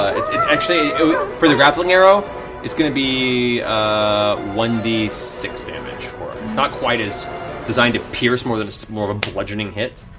it's it's actually for the grappling arrow it's going to be one d six damage for it. it's not quite as designed to pierce more than it's more of a bludgeoning hit.